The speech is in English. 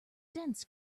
dense